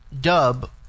Dub